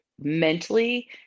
mentally